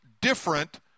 different